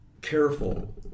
careful